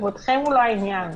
כבודכם הוא לא העניין.